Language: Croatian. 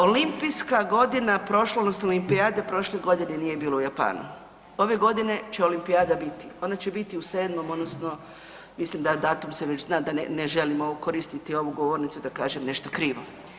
Olimpijska godina, prošle odnosno olimpijade prošle godine nije bilo u Japanu, ove godine će olimpijada biti, ona će biti u 7. odnosno mislim da datum se već zna da ne, ne želim koristiti ovu govornicu da kažem nešto krivo.